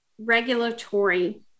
regulatory